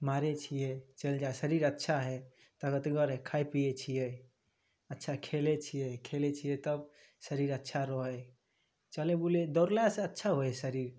मारै छिए चलि जा शरीर अच्छा हइ तकतगर हइ खाइ पिए छिए अच्छा खेलै छिए खेलै छिए तब शरीर अच्छा रहै हइ चलै बुलै दौड़लासे अच्छा होइ हइ शरीर